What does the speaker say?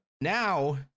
Now